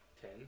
Ten